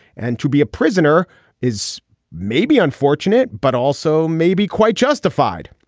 and to be a prisoner is maybe unfortunate but also maybe quite justified.